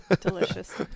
Delicious